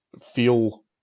feel